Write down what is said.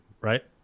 right